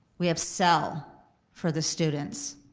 we have sel for the students,